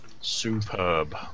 Superb